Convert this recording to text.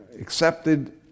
accepted